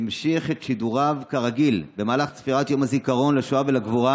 המשיך את שידוריו כרגיל במהלך צפירת יום הזיכרון לשואה ולגבורה